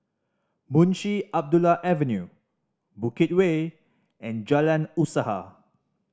Munshi Abdullah Avenue Bukit Way and Jalan Usaha